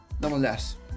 nonetheless